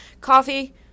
coffee